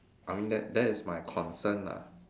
I mean that that is my concern lah